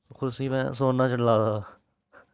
कुर्सी गी सोना जड़ा दा